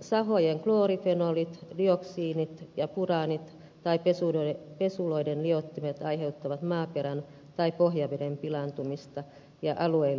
sahojen kloorifenolit dioksiinit ja furaanit tai pesuloiden liuottimet aiheuttavat maaperän tai pohjaveden pilaantumista ja alueille puhdistustarvetta